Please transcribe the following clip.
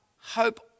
hope